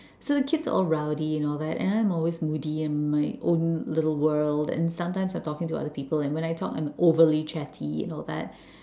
so kids all rowdy and all that and I'm always moody in my own little world and sometimes I talking to other people and when I talk I'm overly chatty and all that